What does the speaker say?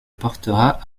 portera